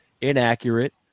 inaccurate